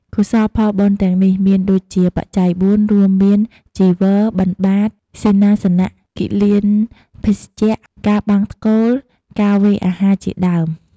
កុសលផលបុណ្យទាំងនេះ មានដូចជាបច្ច័យបួន រួមមាន ចីវរ បិណ្ឌបាត សេនាសនៈ គិលានភេសជ្ជៈ ការបង្សុកូល ការវេអាហារជាដើម។